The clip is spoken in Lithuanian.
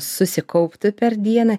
susikauptų per dieną